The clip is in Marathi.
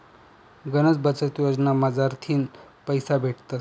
गनच बचत योजना मझारथीन पैसा भेटतस